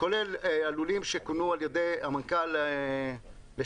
כולל הלולים שכונו על ידי המנכ"ל לשעבר,